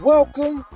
Welcome